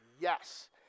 yes